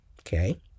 Okay